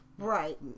Right